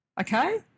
Okay